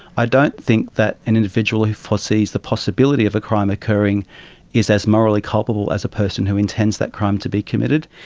i don't think that an individual who foresees the possibility of a crime occurring is as morally culpable as a person who intends that crime to be committed.